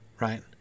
right